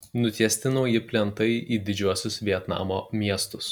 nutiesti nauji plentai į didžiuosius vietnamo miestus